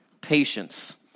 patience